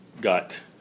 got